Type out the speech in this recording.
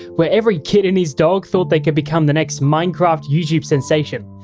where every kid and his dog thought they could become the next minecraft youtube sensation.